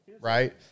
right